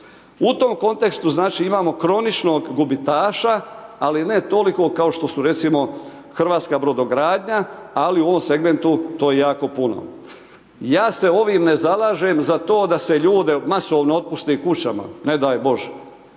U tom kontekstu, znači, imamo kroničnog gubitaša, ali ne toliko kao što su, recimo, Hrvatska brodogradnja, ali u ovom segmentu to je jako puno. Ja se ovim ne zalažem za to da se ljude masovno otpusti kućama, ne daj Bože,